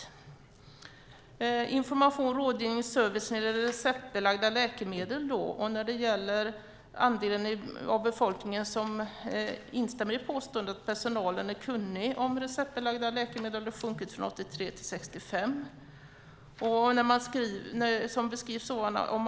I fråga om information, rådgivning och service när det gäller receptbelagda läkemedel har andelen av befolkningen som instämmer i påståendet att personalen är kunnig om receptbelagda läkemedel minskat från 83 till 65 procent.